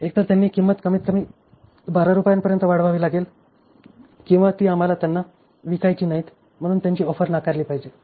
एकतर त्यांची किंमत कमीतकमी 12 रुपयांपर्यंत वाढवावी लागेल किंवा ती आम्हाला त्यांना विकायची नाहीत म्हणून त्यांची ऑफर नाकारली पाहिजे